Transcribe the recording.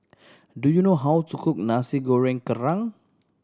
do you know how to cook Nasi Goreng Kerang